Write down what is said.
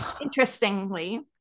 interestingly